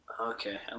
Okay